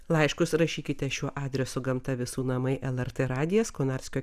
laiškus rašykite šiuo adresu gamta visų namai lrt radijas konarskio